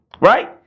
Right